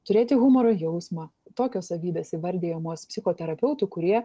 turėti humoro jausmą tokios savybės įvardijamos psichoterapeutų kurie